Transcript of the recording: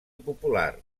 popular